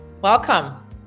Welcome